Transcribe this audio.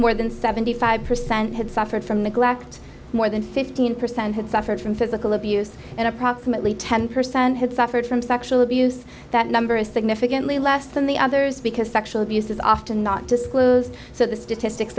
more than seventy five percent had suffered from neglect more than fifteen percent had suffered from physical abuse and approximately ten percent had suffered from sexual abuse that number is significantly less than the others because sexual abuse is often not disclosed so the statistics